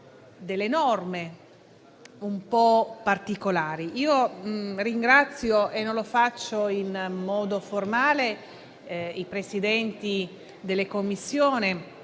delle norme un po' particolari. Io ringrazio - e non lo faccio in modo formale - i presidenti delle Commissioni,